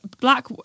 black